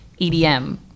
EDM